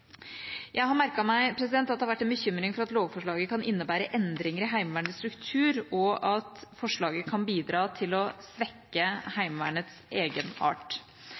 Jeg har merket meg at det har vært en bekymring for at lovforslaget kan innebære endringer i Heimevernets struktur, og at forslaget kan bidra til å svekke Heimevernets